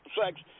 sex